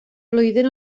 flwyddyn